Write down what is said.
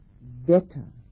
better